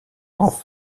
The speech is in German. darth